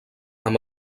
amb